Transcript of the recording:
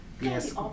Yes